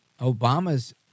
Obama's